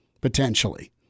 potentially